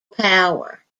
power